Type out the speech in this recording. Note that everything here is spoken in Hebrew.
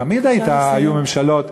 תמיד היו ממשלות,